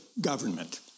government